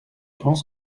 penses